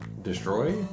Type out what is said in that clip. destroy